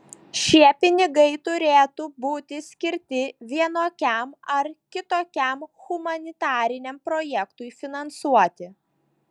šie pinigai turėtų būti skirti vienokiam ar kitokiam humanitariniam projektui finansuoti